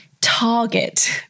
target